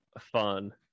Fun